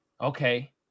Okay